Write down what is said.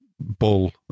Bull